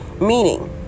Meaning